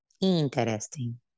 Interesting